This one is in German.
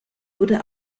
wurde